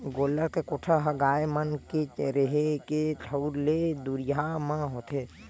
गोल्लर के कोठा ह गाय मन के रेहे के ठउर ले दुरिया म होथे